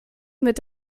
mit